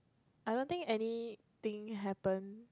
I don't think anything happen